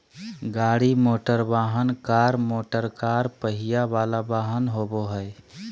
गाड़ी मोटरवाहन, car motorcar पहिया वला वाहन होबो हइ